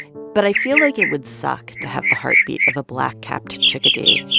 but i feel like it would suck to have the heartbeat of a black-capped chickadee,